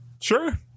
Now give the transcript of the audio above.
sure